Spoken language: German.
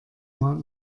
mal